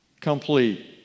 complete